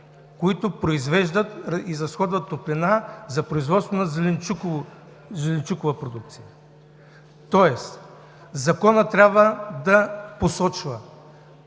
които произвеждат и изразходват топлина за производството на зеленчукова продукция. Законът трябва да посочва